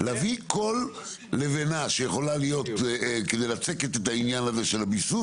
להביא כל לבנה שיכולה לצקת את הביסוס,